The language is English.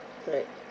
correct